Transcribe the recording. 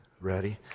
Ready